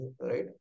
right